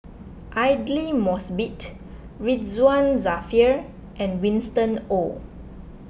Aidli Mosbit Ridzwan Dzafir and Winston Oh